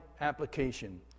application